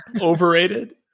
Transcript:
overrated